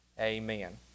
Amen